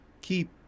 keep